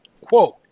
Quote